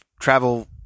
travel